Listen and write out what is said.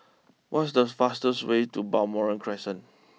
what's this fastest way to Balmoral Crescent